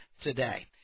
today